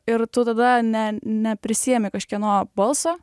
ir tu tada ne neprisiemi kažkieno balso